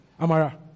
Amara